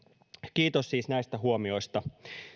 kiitos siis näistä huomioista